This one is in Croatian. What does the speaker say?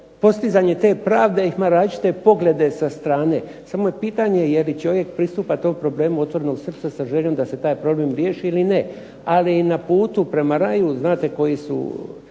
postizanje te pravde ima različite poglede sa strane, samo je pitanje je li čovjek pristupa tom problemu otvorenog srca sa željom da se taj problem riješi ili ne. Ali i na putu prema raju znate koje su